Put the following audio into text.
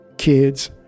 kids